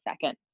second